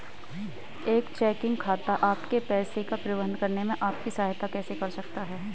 एक चेकिंग खाता आपके पैसे का प्रबंधन करने में आपकी सहायता कैसे कर सकता है?